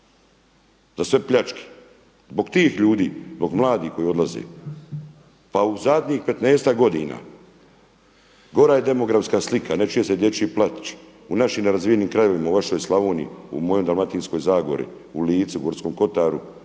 za sve pljačke. Zbog tih ljudi, zbog mladih koji odlaze. Pa u zadnjih petnaestak godina gora je demografska slika, ne čuje se dječji plač u našim nerazvijenim krajevima, u vašoj Slavoniji, u mojoj Dalmatinskoj Zagori, u Lici, u Gorskom kotaru,